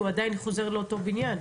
הוא עדיין חוזר לאותו בניין.